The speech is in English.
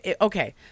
okay